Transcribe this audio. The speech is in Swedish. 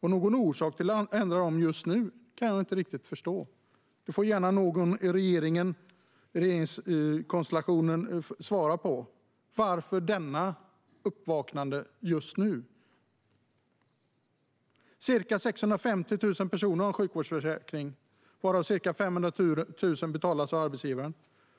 Jag kan inte riktigt se någon orsak till att ändra på dem just nu. Någon från regeringspartierna får gärna svara på varför detta uppvaknande kommer just nu. Ca 650 000 personer har sjukvårdsförsäkring, varav ca 500 000 betalas av arbetsgivaren.